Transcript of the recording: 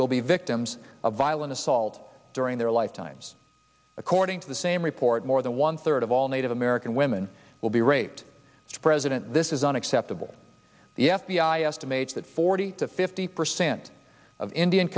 will be victims of violent assault during their lifetimes according to the same report more than one third of all native american women will be raped as president this is unacceptable the f b i estimates that forty to fifty percent of indian